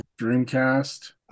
Dreamcast